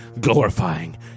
glorifying